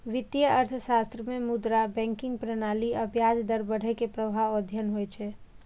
वित्तीय अर्थशास्त्र मे मुद्रा, बैंकिंग प्रणाली आ ब्याज दर बढ़ै के प्रभाव अध्ययन होइ छै